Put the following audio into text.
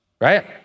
right